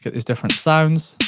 is different sounds,